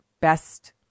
best